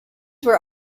were